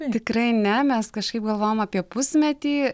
tikrai ne mes kažkaip galvojom apie pusmetį